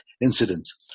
incidents